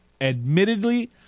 admittedly